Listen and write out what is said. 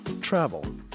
travel